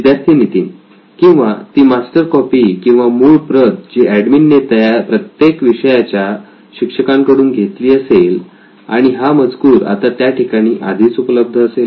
विद्यार्थी नितीनकिंवा ती मास्टर कॉपी किंवा मूळ प्रत जी एडमिन ने प्रत्येक विषयाच्या शिक्षकांकडून घेतलेली असेल आणि हा मजकूर आता त्या ठिकाणी आधीच उपलब्ध असेल